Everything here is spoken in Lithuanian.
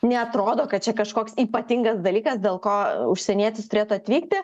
neatrodo kad čia kažkoks ypatingas dalykas dėl ko užsienietis turėtų atvykti